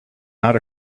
not